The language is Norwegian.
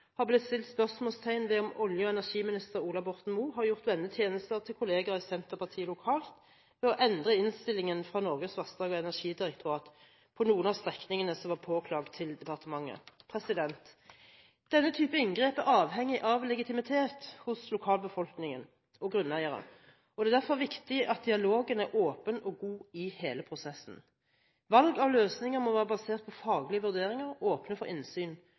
har blitt satt spørsmålstegn ved om olje- og energiminister Ola Borten Moe har gjort vennetjenester til kolleger i Senterpartiet lokalt ved å endre innstillingen fra Norges vassdrags- og energidirektorat på noen av strekningene som var påklagd til departementet. Denne type inngrep er avhengig av legitimitet i forhold til lokalbefolkningen og grunneiere, og det er derfor viktig at dialogen er åpen og god i hele prosessen. Valg av løsninger må være basert på faglige vurderinger åpne for